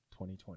2020